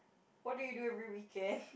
what do you do every weekend